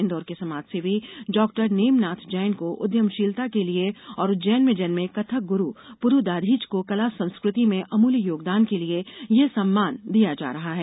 इंदौर के समाजसेवी डॉ नेमनाथ जैन को उद्यमशीलता के लिए और उज्जैन में जन्मे कथक गुरु पुरु दाधीच को कला संस्कृति में अमूल्य योगदान के लिए यह सम्मान दिया जा रहा है